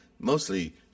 mostly